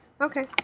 Okay